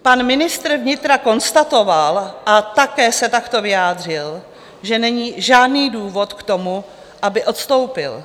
Pan ministr vnitra konstatoval a také se takto vyjádřil, že není žádný důvod k tomu, aby odstoupil.